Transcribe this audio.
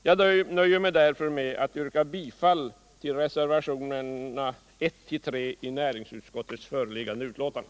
Jag nöjer mig därför med att yrka bifall till reservationerna I, 2 och 3 vid näringsutskottets föreliggande betänkande.